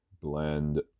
Blend